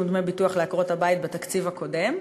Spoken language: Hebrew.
דמי ביטוח של עקרות-הבית בתקציב הקודם,